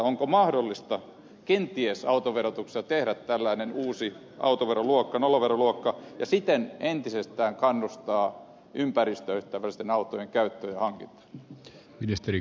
onko mahdollista kenties autoverotuksessa tehdä tällainen uusi autoveroluokka nollaveroluokka ja siten entisestään kannustaa ympäristöystävällisten autojen käyttöä ja hankintaa